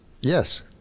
Yes